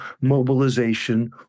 mobilization